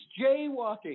jaywalking